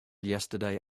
yesterday